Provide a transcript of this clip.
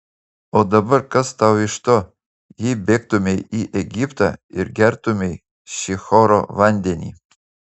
o dabar kas tau iš to jei bėgtumei į egiptą ir gertumei šihoro vandenį